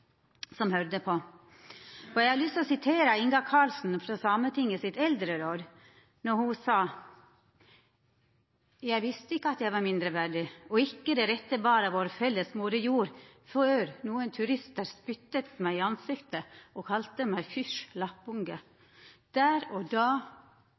som høyrde på. Eg har lyst til å sitera Inga Karlsen frå Sametingets eldreråd, då ho sa: «Jeg visste ikke at jeg var mindreverdig og ikke det rette barn av vår felles moder jord, før noen turister spyttet meg i ansiktet og kalte meg